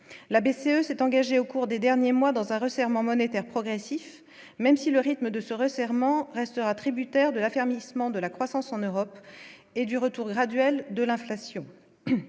la BCE s'est engagé au cours des derniers mois dans un resserrement monétaire progressif, même si le rythme de ce resserrement restera tributaire de l'affermissement de la croissance en Europe et du retour graduel de l'inflation